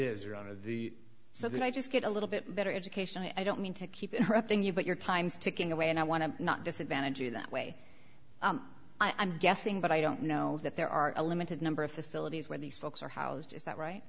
of the so that i just get a little bit better education i don't mean to keep interrupting you but your time's ticking away and i want to not disadvantage you that way i'm guessing but i don't know that there are a limited number of facilities where these folks are housed is that right